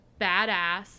badass